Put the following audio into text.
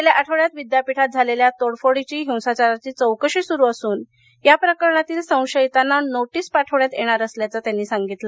गेल्या आठवड्यात विद्यापीठात झालेल्यातोडफोडीची हिंसाचाराची चौकशी सुरू असून या प्रकरणातील संशयितांना नोटीस पाठवण्यात येणार असल्याचे त्यांनी सांगितलं